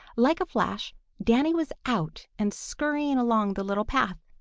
like a flash danny was out and scurrying along the little path.